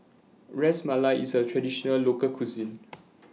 Ras Malai IS A Traditional Local Cuisine